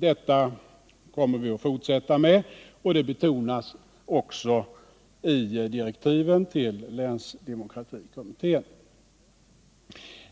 Det kommer vi att fortsätta med, och det betonas också i direktiven till länsdemokratikommittén.